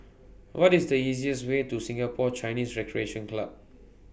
What IS The easiest Way to Singapore Chinese Recreation Club